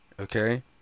Okay